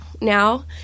now